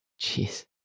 Jeez